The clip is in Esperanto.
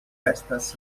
estas